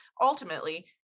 ultimately